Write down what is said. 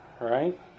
Right